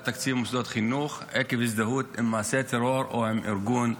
תקציב ממוסדות חינוך עקב הזדהות עם מעשי טרור או עם ארגון טרור.